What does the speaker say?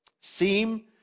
seem